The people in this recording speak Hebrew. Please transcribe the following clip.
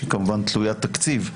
שהיא כמובן תלויית תקציב,